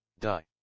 Die